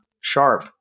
sharp